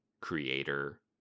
creator